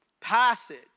passage